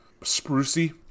sprucey